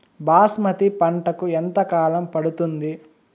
బాస్మతి పంటకు ఎంత కాలం పడుతుంది?